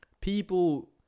people